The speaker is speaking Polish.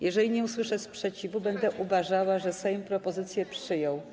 Jeżeli nie usłyszę sprzeciwu, będę uważała, że Sejm propozycję przyjął.